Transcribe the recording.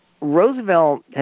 Roosevelt